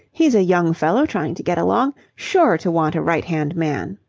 he's a young fellow trying to get along. sure to want a right-hand man.